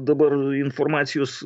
dabar informacijos